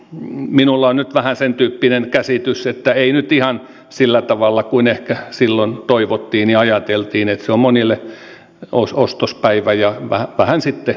minulla on nyt vähän sentyyppinen käsitys että ei nyt ihan sillä tavalla kuin ehkä silloin toivottiin ja ajateltiin että se on monille ostospäivä ja vähän sitten muutakin